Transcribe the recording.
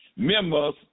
members